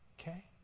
Okay